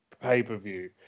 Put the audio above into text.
pay-per-view